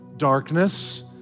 darkness